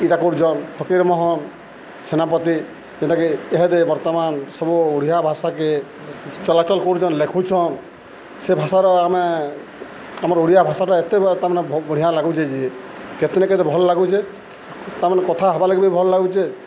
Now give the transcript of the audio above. ଇଟା କରୁଚନ୍ ଫକୀର୍ମୋହନ୍ ସେନାପତି ଜେନ୍ଟାକି ଇହାଦେ ବର୍ତ୍ତମାନ୍ ସବୁ ଓଡ଼ିଆ ଭାଷାକେ ଚଲାଚଲ୍ କରୁଚନ୍ ଲେଖୁଛନ୍ ସେ ଭାଷାର ଆମେ ଆମର୍ ଓଡ଼ିଆ ଭାଷାଟା ଏତେ ତାମାନେ ବଢ଼ିଆଁ ଲାଗୁଚେ ଯେ କେତେନି କେତେ ଭଲ୍ ଲାଗୁଚେ ତାମାନେ କଥା ହେବାର୍ ଲାଗି ବି ଭଲ୍ ଲାଗୁଚେ